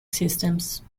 systems